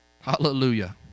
hallelujah